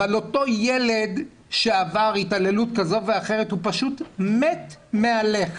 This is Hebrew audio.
אבל אותו ילד שעבר התעללות כזאת ואחרת הוא פשוט מת מהלך.